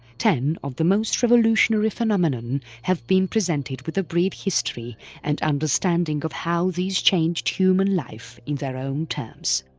ten of the most revolutionary phenomenon have been presented with a brief history and understanding of how these changed human life in their own terms.